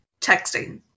texting